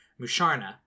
Musharna